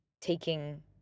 taking